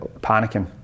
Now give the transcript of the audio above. panicking